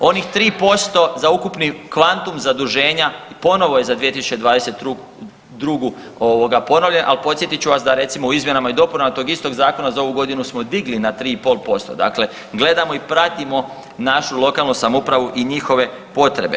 Onih 3% za ukupni kvantum zaduženja ponovo je za 2022. ovoga ponovljen, ali podsjetit ću vas da recimo u izmjenama i dopunama tog istog zakona za ovu godinu smo digli na 3,5%, dakle gledamo i pratimo našu lokalnu samoupravu i njihove potrebe.